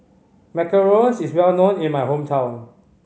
macarons is well known in my hometown